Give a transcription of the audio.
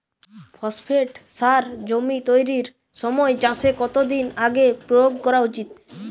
Phosphate সার জমি তৈরির সময় চাষের কত দিন আগে প্রয়োগ করা উচিৎ?